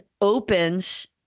opens